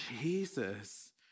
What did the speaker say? Jesus